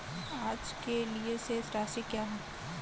आज के लिए शेष राशि क्या है?